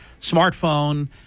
smartphone